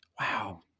wow